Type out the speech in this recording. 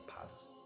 paths